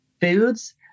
foods